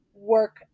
work